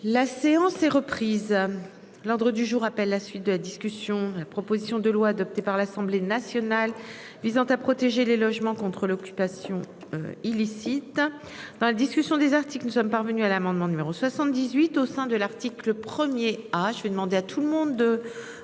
La séance. Prise à l'ordre du jour appelle la suite de la discussion, la proposition de loi adoptée par l'Assemblée nationale. Visant à protéger les logements contre l'occupation. Illicite. Dans la discussion des articles que nous sommes parvenus à l'amendement numéro 78 au sein de l'article 1er, ah je vais demander à tout le monde, de